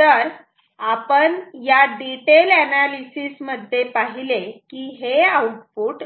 तर आपण या डिटेल अनालीसिस मध्ये पाहिले की हे आउटपुट